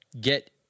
get